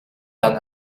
d’un